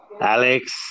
Alex